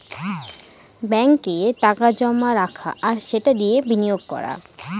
ব্যাঙ্কে টাকা জমা রাখা আর সেটা দিয়ে বিনিয়োগ করা